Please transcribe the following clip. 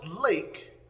lake